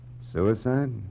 Suicide